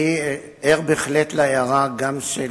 אני ער בהחלט להערה גם של